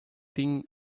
thing